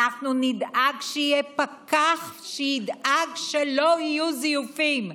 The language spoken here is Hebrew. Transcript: אנחנו נדאג שיהיה פקח שידאג שלא יהיו זיופים.